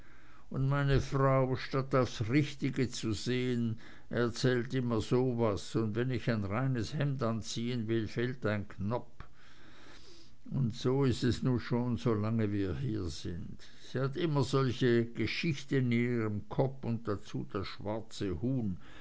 und meine frau statt aufs richtige zu sehen erzählt immer so was un wenn ich ein reines hemd anziehen will fehlt ein knopp un so is es nu schon solange wir hier sind sie hat immer bloß solche geschichten in ihrem kopp und dazu das schwarze huhn